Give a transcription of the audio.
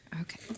Okay